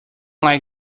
like